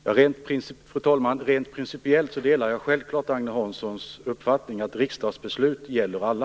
Fru talman! Rent principiellt delar jag självfallet Agne Hanssons uppfattning att riksdagsbeslut gäller alla.